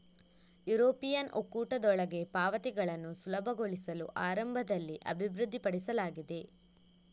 European ಒಕ್ಕೂಟದೊಳಗೆ ಪಾವತಿಗಳನ್ನು ಸುಲಭಗೊಳಿಸಲು ಆರಂಭದಲ್ಲಿ ಅಭಿವೃದ್ಧಿಪಡಿಸಲಾಗಿದೆ